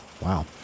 Wow